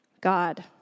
God